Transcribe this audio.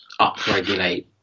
upregulate